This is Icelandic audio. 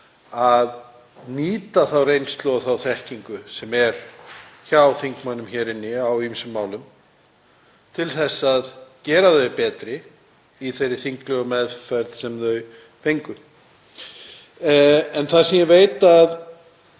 að nýta þá reynslu og þá þekkingu sem er hjá þingmönnum hér inni á ýmsum málum til að gera þau betri í þeirri þinglegu meðferð sem þau fá. Ég veit að